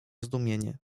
zdumienie